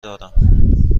دارم